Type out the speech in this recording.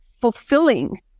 fulfilling